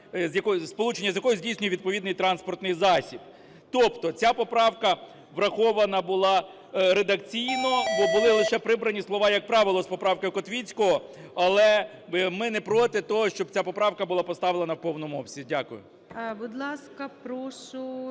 з якою здійснює відповідний транспортний засіб". Тобто ця поправка врахована була редакційно, бо були лише прибрані слова "як правило" з поправки Котвіцького. Але ми не проти того, щоб ця поправка була поставлена у повному обсязі. Дякую. ГОЛОВУЮЧИЙ. Будь ласка, прошу,